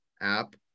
app